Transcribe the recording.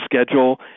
schedule